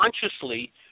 consciously